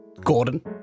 Gordon